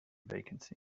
vacancy